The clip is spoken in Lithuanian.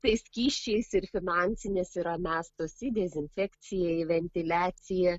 tais skysčiais ir finansinės yra mestos į dezinfekciją į ventiliaciją